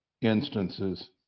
instances